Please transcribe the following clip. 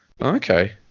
Okay